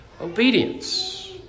obedience